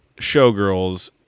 showgirls